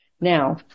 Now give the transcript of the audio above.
Now